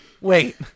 Wait